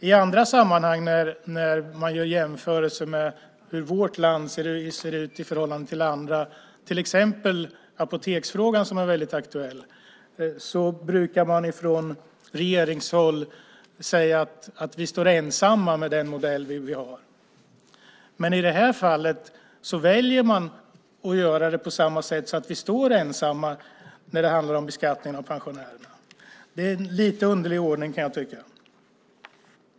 I andra sammanhang när man gör jämförelser mellan hur det ser ut i vårt land i förhållande till andra länder, till exempel i apoteksfrågan som är väldigt aktuell, brukar regeringen säga att vi är ensamma om den modell vi har. Men i det här fallet väljer man göra det på det sättet att vi står ensamma när det gäller beskattningen av pensionärerna. Jag tycker att det är en lite underlig ordning.